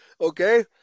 Okay